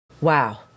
Wow